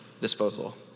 disposal